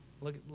Look